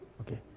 Okay